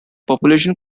population